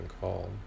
called